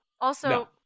Also-